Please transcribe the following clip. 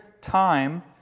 time